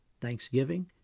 thanksgiving